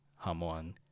Hamon